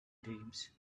dreams